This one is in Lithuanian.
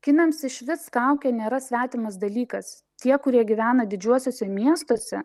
kinams išvis kaukė nėra svetimas dalykas tie kurie gyvena didžiuosiuose miestuose